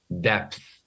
depth